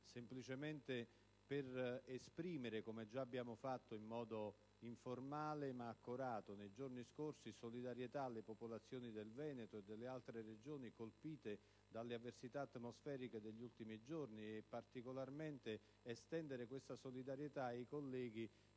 semplicemente per esprimere - come già abbiamo fatto in modo informale ma accorato nei giorni scorsi - solidarietà alle popolazioni del Veneto e delle altre Regioni, colpite dalle avversità atmosferiche degli ultimi giorni, e per estendere questa solidarietà ai colleghi